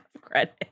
credit